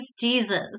Jesus